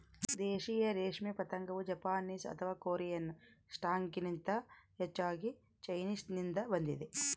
ದೇಶೀಯ ರೇಷ್ಮೆ ಪತಂಗವು ಜಪಾನೀಸ್ ಅಥವಾ ಕೊರಿಯನ್ ಸ್ಟಾಕ್ಗಿಂತ ಹೆಚ್ಚಾಗಿ ಚೈನೀಸ್ನಿಂದ ಬಂದಿದೆ